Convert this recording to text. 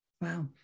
Wow